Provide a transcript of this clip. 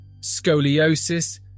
scoliosis